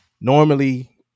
Normally